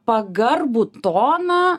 pagarbų toną